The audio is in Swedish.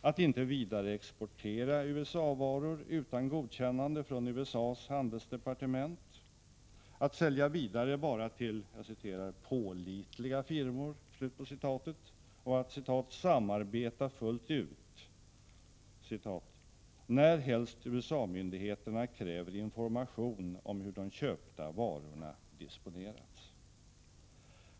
att inte vidareexportera USA-varor utan godkännande från USA:s handelsdepartement, att sälja vidare bara till ”pålitliga firmor” och att ”samarbeta fullt ut” närhelst USA-myndigheter kräver information om hur de köpta varorna disponerats.